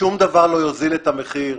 שום דבר לא יוזיל את המחיר,